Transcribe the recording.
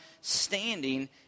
standing